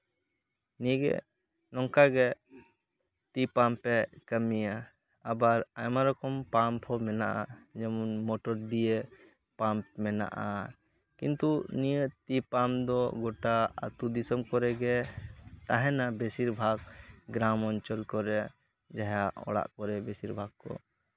ᱱᱤᱭᱟᱹᱜᱮ ᱱᱚᱝᱠᱟᱜᱮ ᱛᱤ ᱯᱟᱢᱯᱯᱮ ᱠᱟᱹᱢᱤᱭᱟ ᱟᱵᱟᱨ ᱟᱭᱢᱟ ᱨᱚᱠᱚᱢ ᱯᱟᱢᱯ ᱦᱚᱸ ᱢᱮᱱᱟᱜᱼᱟ ᱡᱮᱢᱚᱱ ᱢᱳᱴᱚᱨ ᱫᱤᱭᱮ ᱯᱟᱢᱯ ᱢᱮᱱᱟᱜᱼᱟ ᱠᱤᱱᱛᱩ ᱱᱤᱭᱟᱹ ᱛᱤ ᱯᱟᱢᱯ ᱫᱚ ᱜᱳᱴᱟ ᱟᱹᱛᱩ ᱫᱤᱥᱚᱢ ᱠᱚᱨᱮᱜᱮ ᱛᱟᱦᱮᱸᱱᱟ ᱵᱮᱥᱤᱨ ᱵᱷᱟᱜᱽ ᱜᱨᱟᱢ ᱚᱧᱪᱚᱞ ᱠᱚᱨᱮ ᱡᱟᱦᱟᱸᱭᱟᱜ ᱚᱲᱟᱜ ᱠᱚᱨᱮ ᱵᱮᱥᱤᱨ ᱵᱷᱟᱜᱽ ᱠᱚ